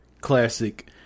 classic